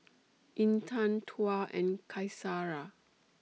Intan Tuah and Qaisara